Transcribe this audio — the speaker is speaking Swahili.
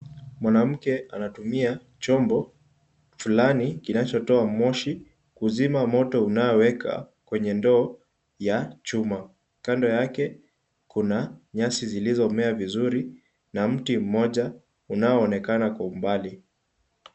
Mwanamke anatumia chombo fulani kinachotoa moshi kuzima moto unaowaka kwenye ndoo ya chuma. Kando yake kuna nyasi zilizomea vizuri na mti mmoja unaoonekana kwa umbali.